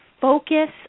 focus